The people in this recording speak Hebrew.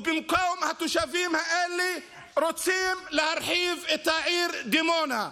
ובמקום התושבים האלה להרחיב את העיר דימונה.